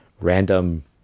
random